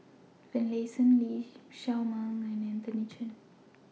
Finlayson Lee Shao Meng and Anthony Chen